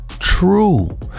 True